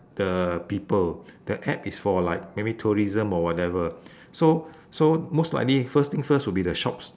the people the app is for like maybe tourism or whatever so so most likely first thing first will be the shops